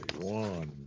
one